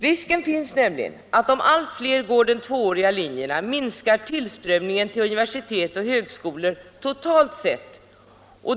Risken finns nämligen att om allt fler går tvååriga linjer minskar tillströmningen till universitet och högskolor totalt sett.